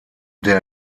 der